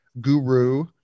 guru